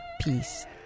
peace